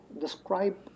describe